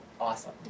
awesome